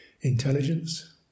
intelligence